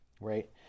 Right